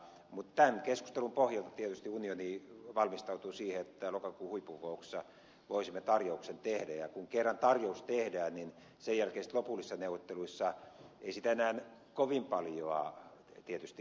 mutta tämän keskustelun pohjalta tietysti unioni valmistautuu siihen että tämän lokakuun huippukokouksessa voisimme tarjouksen tehdä ja kun kerran tarjous tehdään niin sen jälkeen sitten lopullisissa neuvotteluissa ei siitä enää kovin paljoa tietysti liikuta